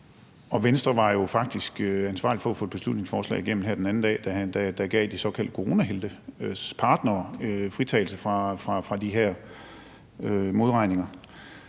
faktisk ansvarlig for at få et beslutningsforslag igennem her den anden dag, der gav de såkaldte coronaheltes partnere fritagelse for de her modregninger,